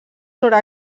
sobre